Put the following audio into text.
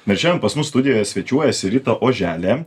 nes šiandien pas mus studijoje svečiuojasi rita oželė